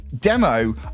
demo